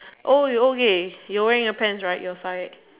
oh okay you're wearing your pants right you're fired